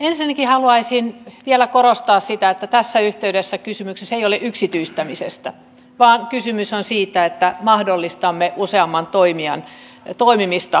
ensinnäkin haluaisin vielä korostaa sitä että tässä yhteydessä kysymys ei ole yksityistämisestä vaan kysymys on siitä että mahdollistamme useamman toimijan toimimisen postitoimialalla